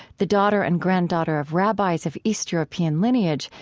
the daughter and granddaughter of rabbis of east european lineage,